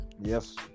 yes